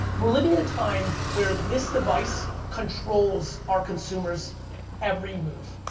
we're living in a time where this device controls our consumers' every move.